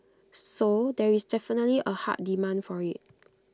so there is definitely A hard demand for IT